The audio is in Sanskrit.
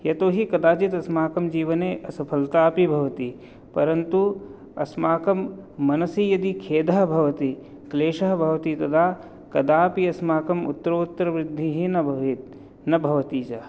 यतोहि कदाचित् अस्माकं जीवने असफलता अपि भवति परन्तु अस्माकं मनसि यदि खेदः भवति क्लेशः भवति तदा कदापि अस्माकम् उत्तरोत्तरवृद्धिः न भवेत् न भवति च